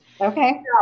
Okay